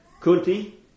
Kunti